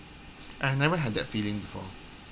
I have never had that feeling before